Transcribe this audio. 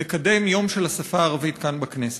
לקדם יום של השפה הערבית כאן בכנסת.